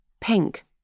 Pink